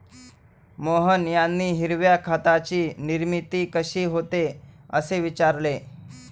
मोहन यांनी हिरव्या खताची निर्मिती कशी होते, असे विचारले